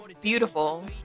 Beautiful